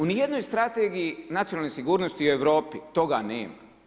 U nijednoj Strategiji nacionalne sigurnosti u Europi toga nema.